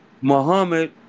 Muhammad